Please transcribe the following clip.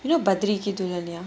you know bathri ki thuniyaniya